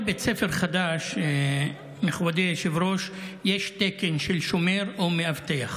בכל בית ספר חדש יש תקן של שומר ומאבטח.